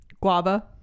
guava